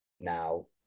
now